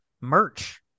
merch